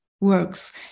works